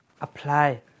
apply